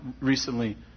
recently